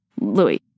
Louis